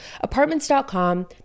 apartments.com